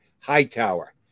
Hightower